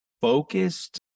focused